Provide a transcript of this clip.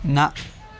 نہَ